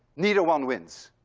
neither one wins.